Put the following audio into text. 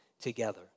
together